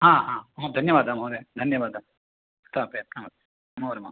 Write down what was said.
हा हा धन्यवादः महोदय धन्यवादः स्थापयामि नमस्ते नमो नमः